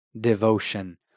devotion